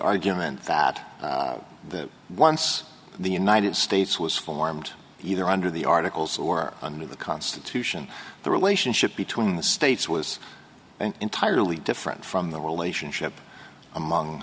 argument that once the united states was formed either under the articles or under the constitution the relationship between the states was an entirely different from the relationship among